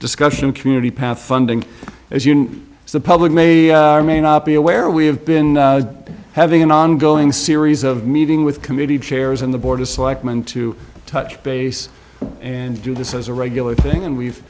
discussion community path funding as you know the public may or may not be aware we have been having an ongoing series of meeting with committee chairs and the board of selectmen to touch base and do this as a regular thing and we've